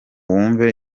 wumve